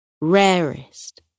rarest